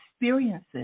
experiences